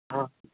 ਹਾਂ